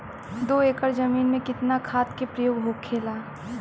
दो एकड़ जमीन में कितना खाद के प्रयोग होखेला?